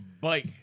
bike